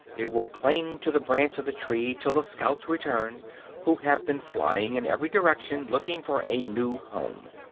it will cling to the branch of the tree till the scouts return who have been flying in every direction looking for a new home.